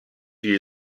die